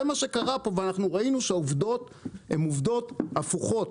זה מה שקרה פה ואנחנו ראינו שהעובדות הם עובדות הפוכות,